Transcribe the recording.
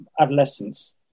adolescence